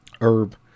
Herb